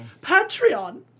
Patreon